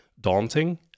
daunting